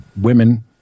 Women